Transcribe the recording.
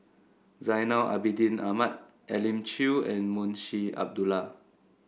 Zainal Abidin Ahmad Elim Chew and Munshi Abdullah